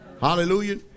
Hallelujah